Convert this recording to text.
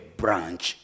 branch